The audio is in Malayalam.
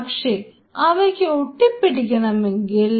പക്ഷേ അവയ്ക്ക് ഒട്ടി പിടിക്കണമെങ്കിൽ